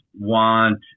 want